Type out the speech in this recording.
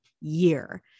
year